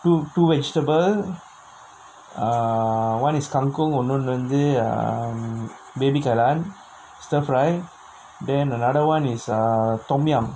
two two vegetable err one is kang kong இன்னொன்னு வந்து:innonnu vanthu err mm baby kai lan stir fry then another one is err tom yum